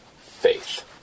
faith